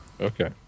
okay